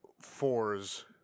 fours